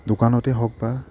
দোকানতে হওক বা